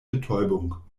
betäubung